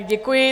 Děkuji.